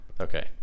okay